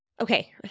Okay